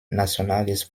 nationales